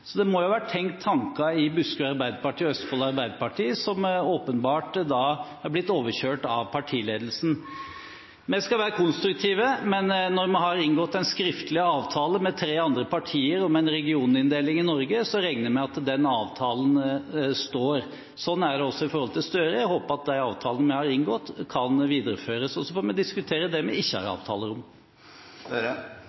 så det må ha vært tenkt tanker i Buskerud Arbeiderparti og Østfold Arbeiderparti som åpenbart er blitt overkjørt av partiledelsen. Vi skal være konstruktive, men når vi har inngått en skriftlig avtale med tre andre partier om en regioninndeling i Norge, regner jeg med at den avtalen står. Slik er det også når det gjelder Gahr Støre, jeg håper at de avtalene vi har inngått, kan videreføres. Så får vi diskutere det vi ikke har